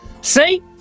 See